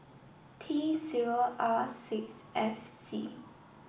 T zero R six F C